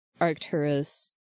Arcturus